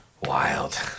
Wild